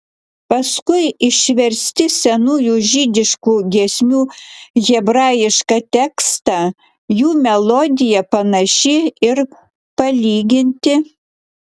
paskui išversti senųjų žydiškų giesmių hebrajišką tekstą jų melodija panaši ir palyginti